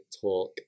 talk